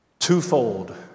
Twofold